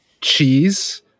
cheese